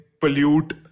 pollute